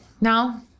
now